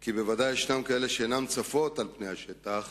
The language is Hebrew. כי ודאי יש כאלה שאינן צפות על פני השטח,